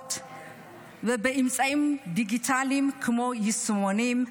המחאות ואמצעים דיגיטליים, כמו יישומונים,